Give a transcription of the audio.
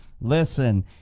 listen